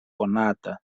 konata